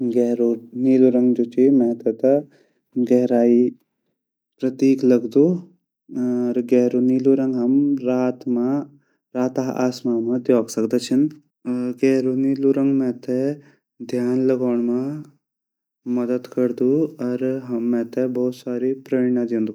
गेहरू नीलू रंग जु ची मेते ता गहराई प्रतीक लगदु अर गेहरू नीलू रंग हम रात मा राता आसमान मा देख सकदा छिन अर गेहरू नीलू रंग मेते ध्यान लगोण्ड मा मदद करदु अर मेते भोत साड़ी प्रेन्डा दयोन्दू।